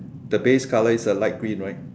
the base colour is uh light green right